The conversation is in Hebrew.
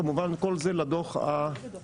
כמובן כל זה לדו"ח העסקי.